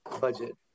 budget